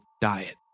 diet